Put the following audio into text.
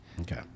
Okay